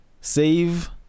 Save